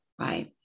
right